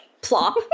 Plop